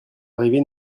arrivé